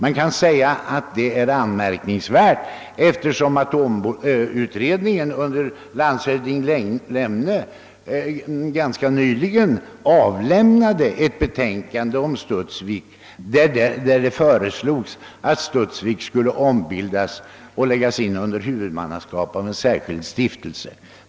Man kan säga att det är anmärkningsvärt, eftersom atomutredningen under landshövding Lemne ganska nyligen avlämnade ett betänkande om Studsvik, där det föreslogs att Studsvik skulle ombildas och läggas under huvudmannaskap av en särskild stiftelse.